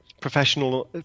professional